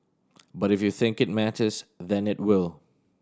but if you think it matters then it will